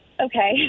Okay